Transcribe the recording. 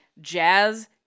Jazz